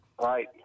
Right